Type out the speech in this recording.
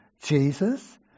Jesus